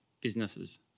businesses